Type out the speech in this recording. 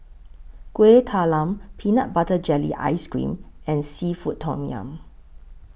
Kueh Talam Peanut Butter Jelly Ice Cream and Seafood Tom Yum